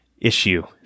issue